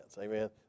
amen